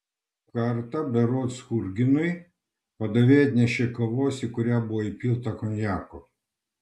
o kartą berods churginui padavėja atnešė kavos į kurią buvo įpilta konjako